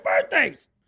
birthdays